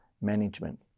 management